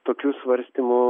tokių svarstymų